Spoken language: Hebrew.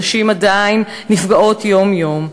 נשים עדיין נפגעות יום-יום,